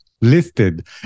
listed